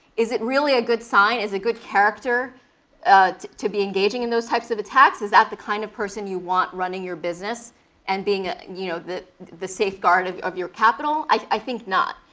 is it really a good sign? is it good character to be engaging in those types of attacks? is that the kind of person you want running your business and being ah you know the the safeguard of of your capital? i think not.